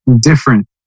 different